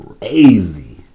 crazy